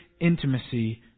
intimacy